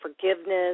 forgiveness